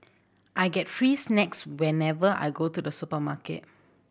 I get free snacks whenever I go to the supermarket